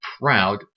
proud